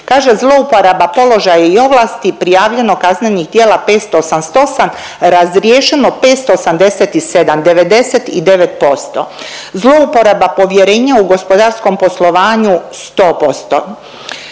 Kaže, zlouporaba položaja i ovlasti prijavljeno kaznenih djela 588, razriješeno 587, 99%. Zlouporaba povjerenja u gospodarskom poslovanju 100%.